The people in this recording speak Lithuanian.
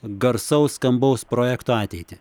garsaus skambaus projekto ateitį